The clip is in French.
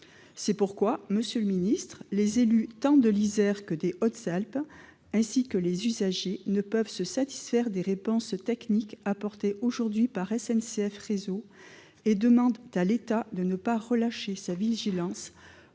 raison pour laquelle, monsieur le secrétaire d'État, les élus, tant de l'Isère que des Hautes-Alpes, et les usagers ne peuvent se satisfaire des réponses techniques apportées aujourd'hui par SNCF Réseau et demandent à l'État de ne pas relâcher sa vigilance